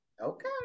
okay